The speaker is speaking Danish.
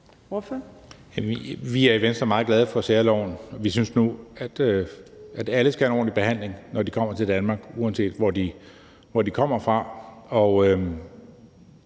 Vi er i Venstre meget glade for særloven. Vi synes nu, at alle skal have en ordentlig behandling, når de kommer til Danmark, uanset hvor de kommer fra.